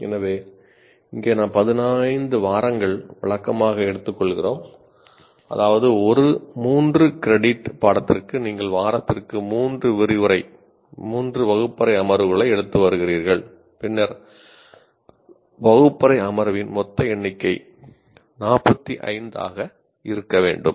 எனவே இங்கே நாம் 15 வாரங்கள் வழக்கமாக எடுத்துக்கொள்கிறோம் அதாவது ஒரு 3 கிரெடிட் பாடத்திற்கு நீங்கள் வாரத்திற்கு 3 விரிவுரை 3 வகுப்பறை அமர்வுகளை எடுத்து வருகிறீர்கள் பின்னர் வகுப்பறை அமர்வின் மொத்த எண்ணிக்கை 45 ஆக இருக்க வேண்டும்